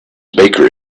bakery